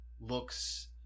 looks